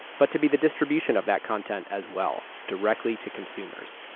but to be the distribution of that content as well, directly to consumers.